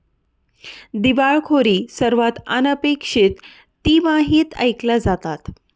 दिवाळखोरी सर्वात अनपेक्षित तिमाहीत ऐकल्या जातात